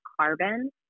carbon